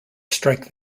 strike